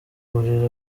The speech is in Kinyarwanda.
buriri